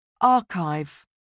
archive